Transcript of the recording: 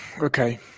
Okay